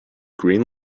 green